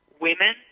women